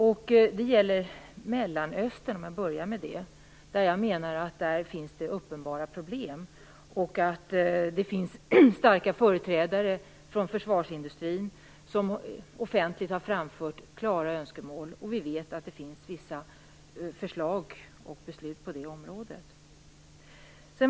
Jag börjar med Mellanöstern. Jag menar att det där finns uppenbara problem. Det finns starka företrädare från försvarsindustrin som offentligt har framfört klara önskemål, och vi vet att det finns vissa förslag och beslut på det området.